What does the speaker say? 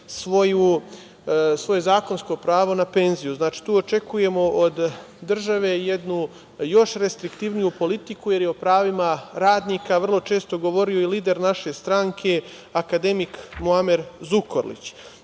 svoje zakonsko pravo na penziju. Znači, tu očekujemo od države jednu još restriktivniju politiku, jer je o pravima radnika vrlo često govorio lider naše stranke, akademik Muamer Zukorlić. Takođe,